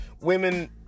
women